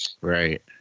Right